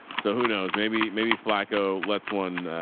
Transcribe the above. so who knows? maybe, maybe flaco. let's one,